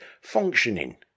functioning